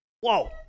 Whoa